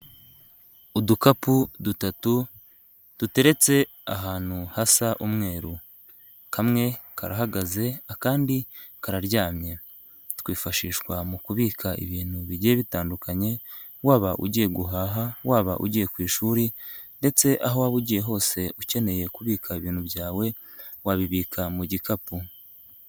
Udukapu dutatu duteretse ahantu hasa umweru kamwe karahagaze akandi kararyamye, twifashishwa mu kubika ibintu bigiye bitandukanya waba ugiye guhaha, waba ugiye ku ishuri ndetse aho waba ugiye hose ukeneye kubika ibintu byawe wabibika mu gikapu.